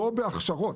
לא בהכשרות.